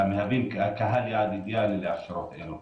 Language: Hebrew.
שמהווים קהל יעד אידיאלי להכשרות אלו.